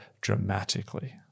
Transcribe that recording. dramatically